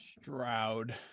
Stroud